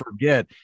forget